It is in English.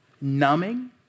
Numbing